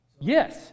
Yes